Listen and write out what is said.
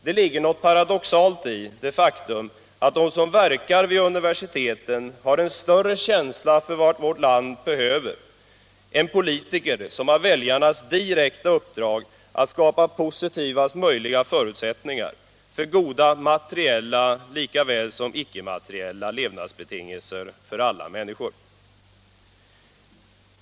Det ligger något paradoxalt i det faktum att de som verkar vid universiteten har en större känsla för vad vårt land behöver än politiker, som har väljarnas direkta uppdrag att skapa positivaste möjliga förutsättningar för goda materiella och icke-materiella levnadsbetingelser åt alla människor.